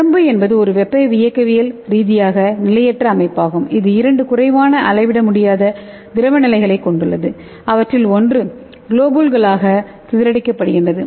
குழம்பு என்பது ஒரு வெப்ப இயக்கவியல் ரீதியாக நிலையற்ற அமைப்பாகும் இது இரண்டு குறைவான அளவிட முடியாத திரவ நிலைக்களைக் கொண்டுள்ளது அவற்றில் ஒன்று குளோபூல்களாக சிதறடிக்கப்படுகிறது